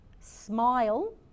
smile